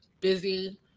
Busy